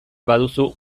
baduzu